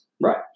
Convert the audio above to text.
Right